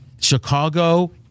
Chicago